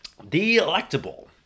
delectable